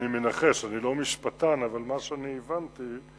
אני מנחש, אני לא משפטן, אבל מה שאני הבנתי הוא